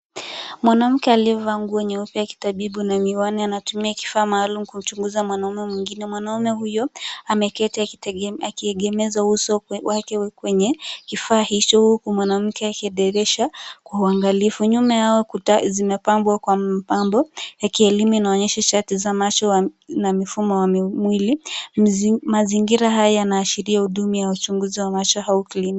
Mwanamke aliyevaa nguo nyeusi ya kitabibu na miwani anatumia kifaa maalum kuchunguza mwanamume mwingine. Mwanamume huyo ameketi akiegemeza uso wake kwenye kifaa hicho, huku mwanamke akidhihirisha kwa uangalifu, nyuma yao kuta zimepabwa kwa mapambo ya kielimu inaonyesha chati za macho na mfumo wa mwili, mazingira haya yanaashiria huduma ya uchunguzi wa macho au kiliniki.